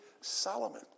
Solomon